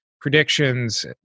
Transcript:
predictions